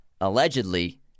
Allegedly